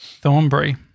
Thornbury